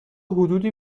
حدودی